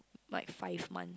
like five month